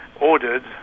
ordered